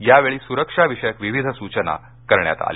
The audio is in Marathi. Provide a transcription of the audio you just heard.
यावेळी सुरक्षाविषयक विविध सुचना करण्यात आल्या